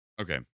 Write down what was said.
Okay